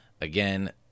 Again